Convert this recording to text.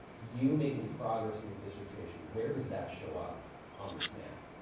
you making progress in your dissertation, where does that show up on this map?